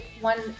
one